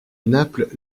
naples